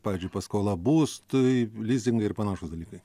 pavyzdžiui paskola būstui lizingai ir panašūs dalykai